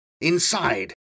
inside